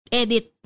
edit